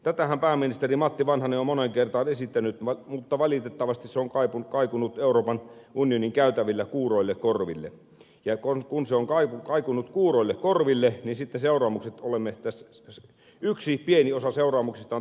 tätähän pääministeri matti vanhanen on moneen kertaan esittänyt mutta valitettavasti se on kaikunut euroopan unionin käytävillä kuuroille korville ja kun se on kaikunut kuuroille korville niin sitten yksi pieni osa seuraamuksista on tässä edessämme